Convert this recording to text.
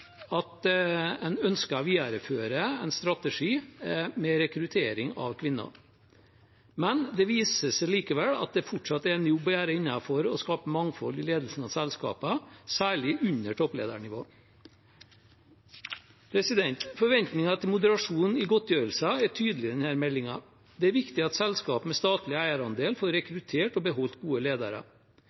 at en ønsker å videreføre en strategi med rekruttering av kvinner. Det viser seg likevel at det fortsatt er en jobb å gjøre for å skape mangfold i ledelsen i selskapene, særlig under toppledernivå. Forventningen til moderasjon i godtgjørelser er tydelig i denne meldingen. Det er viktig at selskaper med statlig eierandel får rekruttert og beholdt gode ledere.